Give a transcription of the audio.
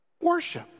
worship